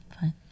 fine